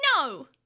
No